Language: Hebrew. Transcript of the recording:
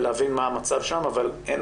חשוב לדעת ולהבין מה המצב שם אבל הן